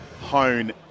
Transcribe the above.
Hone